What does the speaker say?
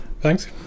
Thanks